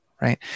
Right